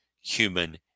human